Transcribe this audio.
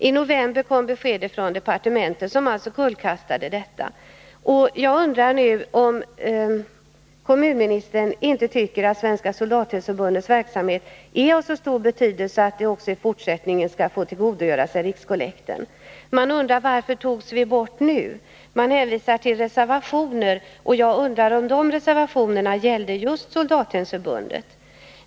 I november kom departementets besked, som alltså kullkastade planeringen. Jag undrar nu om kommunministern inte tycker att Svenska soldathemsförbundets verksamhet är av så stor betydelse att förbundet också i fortsättningen skall tillgodogöra sig rikskollekten. Varför togs vi inte med den här gången? Det hänvisas till reservationer. Jag undrar om dessa reservationer gällde just Soldathemsförbundet.